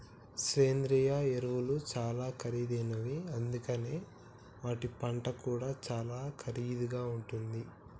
సేంద్రియ ఎరువులు చాలా ఖరీదైనవి అందుకనే వాటి పంట కూడా చాలా ఖరీదుగా ఉంటుంది